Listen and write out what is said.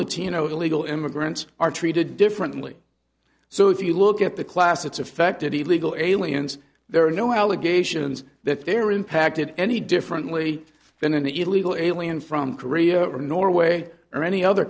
latino illegal immigrants are treated differently so if you look at the class it's affected the legal aliens there are no allegations that they're impacted any differently than an illegal alien from korea or norway or any other